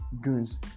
goons